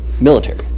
military